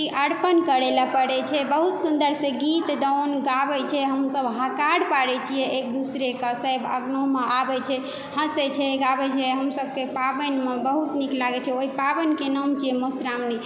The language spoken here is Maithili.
कि अरिपन करै लए पड़ै छै बहुत सुन्दर से गीत गाउन गाबै छै हम सब हकार पारै छियै एक दूसरेके से अंगनोमे आबै छै हँसै छै गाबै छै हम सबके पावनिमे बहुत नीक लागै छै ओहि पावनिके नाम छियै मधु श्रावणी